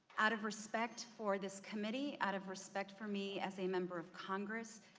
out of respect for this committee. out of respect for me as a member of congress,